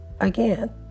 again